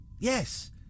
Yes